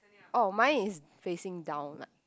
orh my is facing down lah